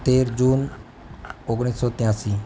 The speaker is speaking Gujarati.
તેર જૂન ઓગણીસસો ત્યાંશી